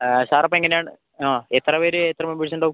സാറപ്പോൾ എങ്ങനെയാണ് ആ എത്ര പേര് എത്ര മെമ്പേർസ് ഉണ്ടാവും